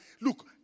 Look